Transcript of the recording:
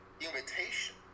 Invitation